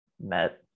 Met